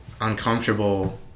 uncomfortable